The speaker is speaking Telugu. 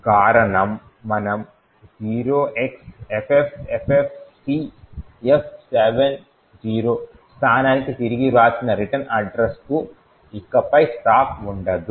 కారణం మనము 0xffffcf70 స్థానానికి తిరిగి వ్రాసిన రిటర్న్ అడ్రస్ కు ఇకపై స్టాక్ ఉండదు